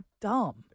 dumb